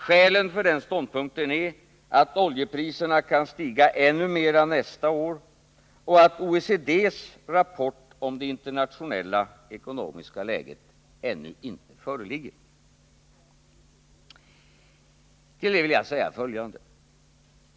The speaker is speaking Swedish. Skälen för den ståndpunkten är att oljepriserna kan stiga ännu mer nästa år och att OECD:s rapport om det internationella ekonomiska läget ännu inte föreligger. Till detta vill jag säga följande.